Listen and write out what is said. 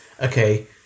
okay